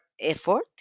effort